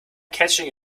catching